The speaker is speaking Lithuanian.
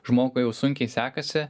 žmogui jau sunkiai sekasi